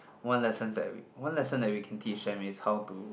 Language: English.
one lessons that we one lesson that we can teach them is how to